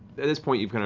at this point, you've